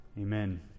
Amen